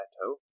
plateau